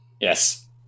Yes